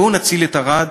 בואו נציל את ערד,